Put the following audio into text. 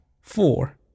four